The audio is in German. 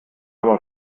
aber